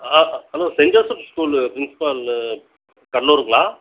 ah hello saint Joseph school principal கடலூருங்களா